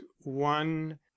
one